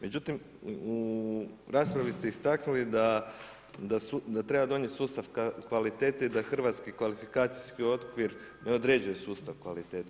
Međutim, u raspravi ste istaknuli da treba donijeti sustav kvalitete i da hrvatski kvalifikacijski okvir ne određuje sustav kvalitete.